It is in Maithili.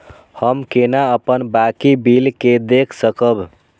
हम केना अपन बाकी बिल के देख सकब?